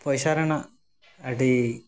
ᱯᱚᱭᱥᱟ ᱨᱮᱱᱟᱜ ᱟᱹᱰᱤ